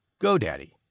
GoDaddy